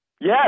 Yes